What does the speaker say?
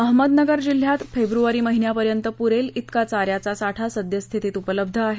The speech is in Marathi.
अहमदनगर जिल्ह्यात फेब्रवारी महिन्यापर्यंत पुरेल इतका चाऱ्याचा साठा सद्यस्थितीत उपलब्ध आहे